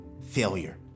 failure